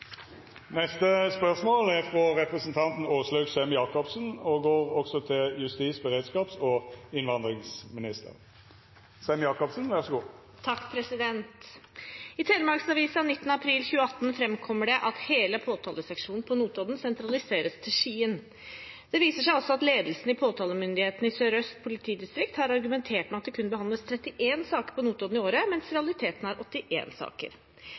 Telemarksavisa 19. april 2018 fremkommer det at hele påtaleseksjonen på Notodden sentraliseres til Skien. Det viser seg også at ledelsen i påtalemyndigheten i Sør-Øst politidistrikt har argumentert med at det kun behandles 31 saker på Notodden i året, mens realiteten er 81 saker.